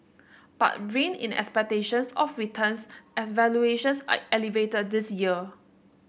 but rein in expectations of returns as valuations are elevated this year